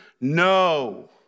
no